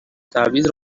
تبعیض